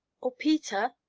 oh, peter?